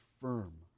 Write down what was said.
firm